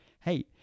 Hey